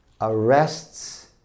arrests